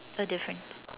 uh different